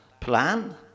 plan